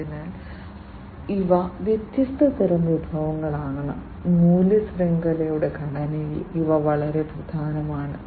അതിനാൽ ഇവ വ്യത്യസ്ത തരം വിഭവങ്ങളാണ് മൂല്യ ശൃംഖലയുടെ ഘടനയിൽ ഇവ വളരെ പ്രധാനമാണ്